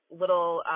little